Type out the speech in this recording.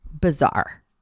bizarre